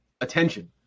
attention